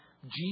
Jesus